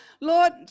Lord